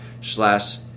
slash